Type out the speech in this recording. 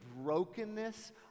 brokenness